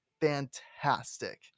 fantastic